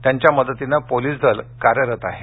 त्यांच्या मदतीनं पोलीस दल कार्यरत आहे